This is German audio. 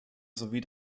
sowie